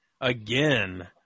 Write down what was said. again